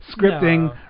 scripting